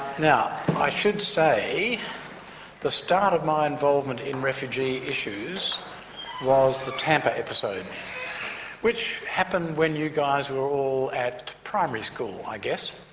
now i should say the start of my involvement in refugee issues was the tampa episode which happened when you guys were all at primary school, i guess.